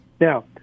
Now